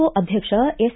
ಒ ಅಧ್ಯಕ್ಷ ಎಸ್